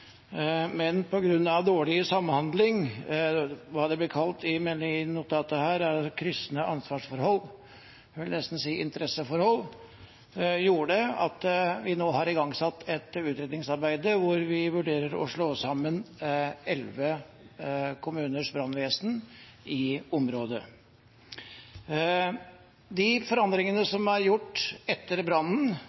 Men på grunn av dårlig samhandling – i notatet er det kalt kryssende ansvarsforhold, jeg vil nesten si interesseforhold – har vi nå igangsatt et utredningsarbeid hvor man vurderer å slå sammen elleve kommuners brannvesen i området. De forandringene som er gjort etter brannen,